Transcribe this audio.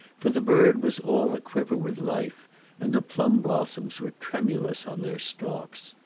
for the bird was all a-quiver with life and the plum-blossoms were tremulous on their stalks.